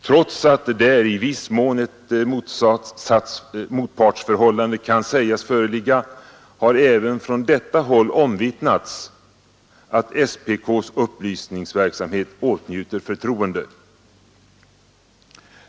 Trots att där i viss mån ett motpartsförhållande kan sägas föreligga har även från detta håll omvittnats att SPK :s upplysningsverksamhet åtnjuter förtroende.